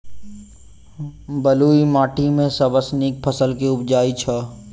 बलुई माटि मे सबसँ नीक फसल केँ उबजई छै?